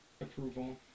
approval